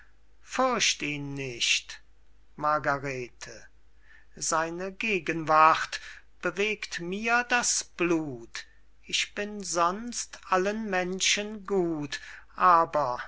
fürcht ihn nicht margarete seine gegenwart bewegt mir das blut ich bin sonst allen menschen gut aber